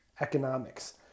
economics